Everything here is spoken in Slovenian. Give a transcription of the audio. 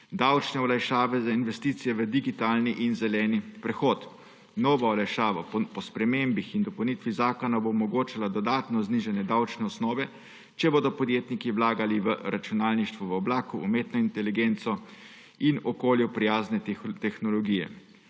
Davčne olajšave za investicije v digitalni in zeleni prehod; nova olajšava po spremembi in dopolnitvi zakona bo omogočala dodatno znižanje davčne osnove, če bodo podjetniki vlagali v računalništvo v oblaku, umetno inteligenco in okolju prijazne tehnologije.